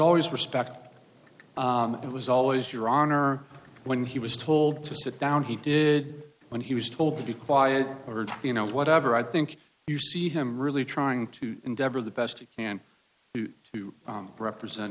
always respectful and it was always your honor when he was told to sit down he did when he was told to be quiet or you know whatever i think you see him really trying to endeavor the best and hoot to represent